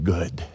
Good